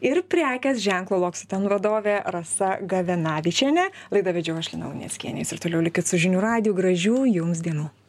ir prekės ženklo loccitane vadovė rasa gavenavičienė laidą vedžiau aš lina luneckienė jūs ir toliau likit su žinių radiju gražių jums dienų